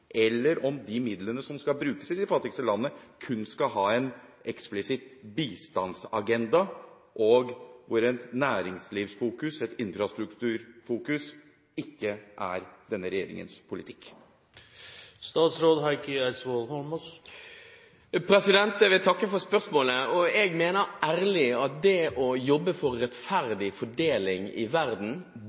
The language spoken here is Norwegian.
eller om de midlene som skal brukes i de fattigste landene, kun skal ha en eksplisitt bistandsagenda, hvor et næringslivsfokus, et infrastrukturfokus, ikke er denne regjeringens politikk? Jeg vil takke for spørsmålet. Jeg mener ærlig at det å jobbe for rettferdig fordeling i verden